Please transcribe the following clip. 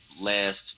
last